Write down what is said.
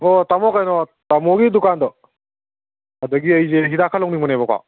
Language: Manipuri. ꯑꯣ ꯇꯥꯃꯣ ꯀꯩꯅꯣ ꯇꯥꯃꯣꯒꯤ ꯗꯨꯀꯥꯟꯗꯣ ꯑꯗꯒꯤ ꯑꯩꯁꯦ ꯍꯤꯗꯥꯛ ꯈꯔ ꯂꯧꯅꯤꯡꯕꯅꯦꯕꯀꯣ